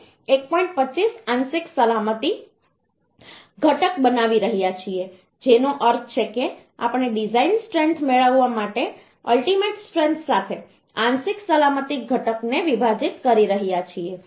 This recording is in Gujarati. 25 આંશિક સલામતી ઘટક બનાવી રહ્યા છીએ જેનો અર્થ છે કે આપણે ડિઝાઇન સ્ટ્રેન્થ મેળવવા માટે અલ્ટીમેટ સ્ટ્રેન્થ સાથે આંશિક સલામતી ઘટક ને વિભાજિત કરી રહ્યા છીએ